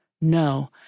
No